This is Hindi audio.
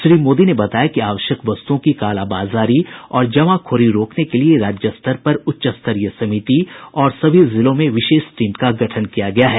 श्री मोदी ने बताया कि आवश्यक वस्तुओं की कालाबाजारी और जमाखोरी रोकने के लिए राज्यस्तर पर उच्चस्तरीय समिति और सभी जिलों में विशेष टीम का गठन किया गया है